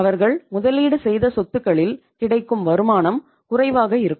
அவர்கள் முதலீடு செய்த சொத்துகளில் கிடைக்கும் வருமானம் குறைவாக இருக்கும்